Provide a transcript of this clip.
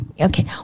Okay